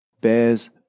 bears